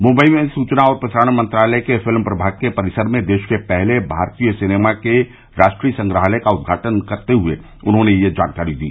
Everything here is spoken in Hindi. मुंबई में सूचना और प्रसारण मंत्रालय के फिल्म प्रभाग के परिसर में देश के पहले भारतीय सिनेमा के राष्ट्रीय संग्रहालय का उदघाटन करते हुए उन्होंने यह जानकारी दी